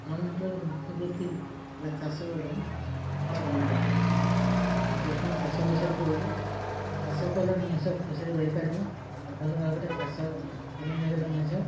ଆମ ଅଞ୍ଚଳର ମୁଖ୍ୟ ବୃତ୍ତି ହେଲା ଚାଷ ଏବଂ ଶାଳଦନା ପତ୍ର ମୁଁ ପ୍ରଥମେ ଚାଷ ବିଷୟରେ କହୁଛି ଚାଷ କଲେ ମଣିଷ ଖୁସିରେ ରହିପାରିବେ ଭଲ ଭାବରେ ଚାଷ ମଣିଷ